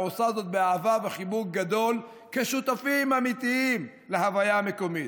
ועושה זאת באהבה וחיבוק גדול כשותפים אמיתיים להוויה המקומית.